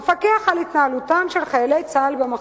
המפקח על התנהלותם של חיילי צה"ל במחסום.